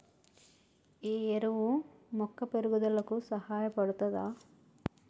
ఈ ఎరువు మొక్క పెరుగుదలకు సహాయపడుతదా?